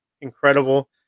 incredible